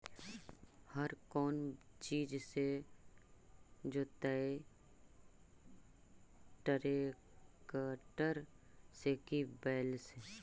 हर कौन चीज से जोतइयै टरेकटर से कि बैल से?